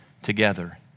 together